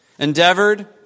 Endeavored